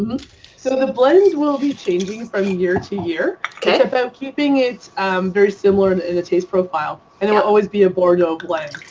sort of the blends will be changing from year to year. it's about keeping it very similar and in the taste profile and it will always be a bordeaux blend.